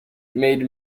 made